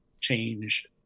change